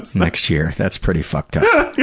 next year. that's pretty fucked up. yeah